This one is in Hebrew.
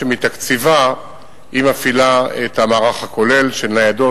מתקציבה היא מפעילה את המערך הכולל של ניידות,